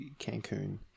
Cancun